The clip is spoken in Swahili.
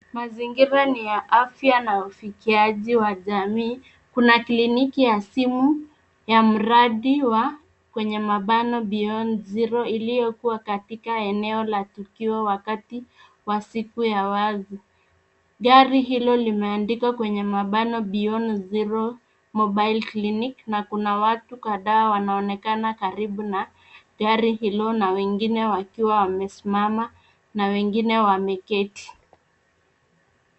Mazingira ni afya na ufikiaji wa jamii. Kuna kliniki ya simu ya mradi wa kwenye mabano Beyond Zero iliyokuwa katika eneo la tukio wakati wa siku ya wazi. Gari hilo limeandikwa kwenye mabano Beyond Zero Mobile Clinic na kuna watu kadhaa wanaonekana karibu na gari hilo na wengine wakiwa wamesimama na wengine wameketi.